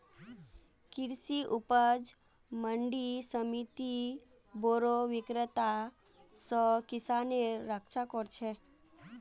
कृषि उपज मंडी समिति बोरो विक्रेता स किसानेर रक्षा कर छेक